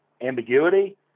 ambiguity